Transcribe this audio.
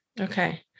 Okay